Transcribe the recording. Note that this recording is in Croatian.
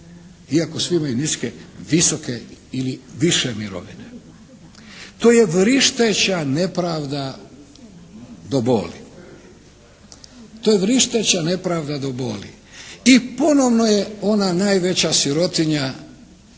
iako svi imaju niske, visoke ili više mirovine. To je vrišteća nepravda do boli. I ponovno je ona najveća sirotinja